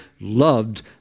loved